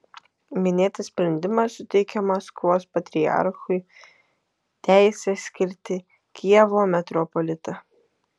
minėtas sprendimas suteikė maskvos patriarchui teisę skirti kijevo metropolitą